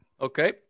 Okay